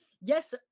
yes